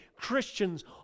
Christians